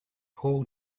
all